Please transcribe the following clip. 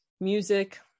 music